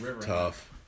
Tough